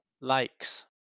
likes